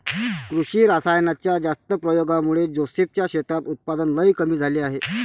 कृषी रासायनाच्या जास्त प्रयोगामुळे जोसेफ च्या शेतात उत्पादन लई कमी झाले आहे